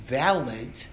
valid